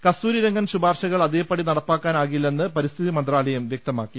കസ്തൂരി രംഗൻ ശുപാർശകൾ അതേപടി നടപ്പാക്കാ നാകില്ലെന്ന് പരിസ്ഥിതി മന്ത്രാലയം വൃക്തമാക്കി